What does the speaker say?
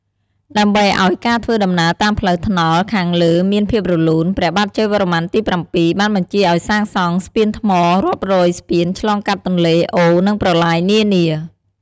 ដើម្បីឲ្យការធ្វើដំណើរតាមផ្លូវថ្នល់ខាងលើមានភាពរលូន ព្រះបាទជ័យវរ្ម័នទី៧ បានបញ្ជាឲ្យសាងសង់ ស្ពានថ្ម រាប់រយស្ពានឆ្លងកាត់ទន្លេ អូរ និងប្រឡាយនានា។